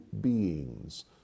beings